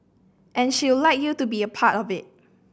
and she'll like you to be a part of it